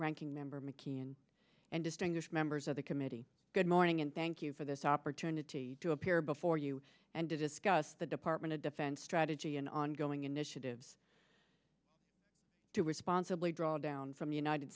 ranking member mckeon and distinguished members of the committee good morning and thank you for this opportunity to appear before you and to discuss the department of defense strategy and ongoing initiatives to responsibly draw down from the united